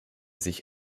sich